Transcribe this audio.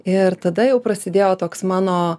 ir tada jau prasidėjo toks mano